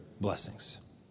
blessings